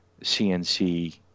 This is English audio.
CNC